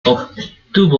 obtuvo